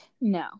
no